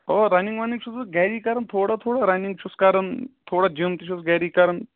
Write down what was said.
او running وَنِنٛگ چھُس بہٕ گَری کَران تھوڑا تھوڑا رَنِنٛگ چھُس کَران تھوڑا جِم تہِ چھُس گری کَران